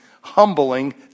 humbling